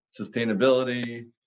sustainability